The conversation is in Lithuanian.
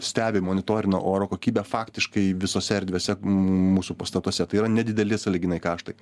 stebi monitorina oro kokybę faktiškai visose erdvėse mūsų pastatuose tai yra nedideli sąlyginai kaštai